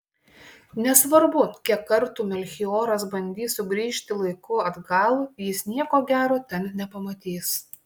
nesvarbu kiek kartų melchioras bandys sugrįžti laiku atgal jis nieko gero ten nepamatys